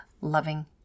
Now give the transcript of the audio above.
loving